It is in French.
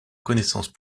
connaissance